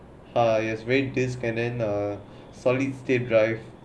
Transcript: ah yes wait this and then uh solid state drive